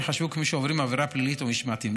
שייחשבו כמי שעוברים עבירה פלילית או משמעתית.